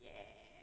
ya